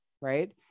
right